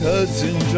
Hudson